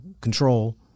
control